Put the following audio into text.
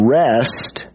rest